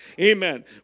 Amen